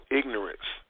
ignorance